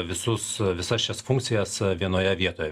visus visas šias funkcijas vienoje vietoj